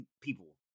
people